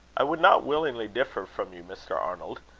i would not willingly differ from you, mr. arnold.